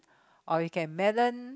or you can melon